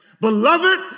Beloved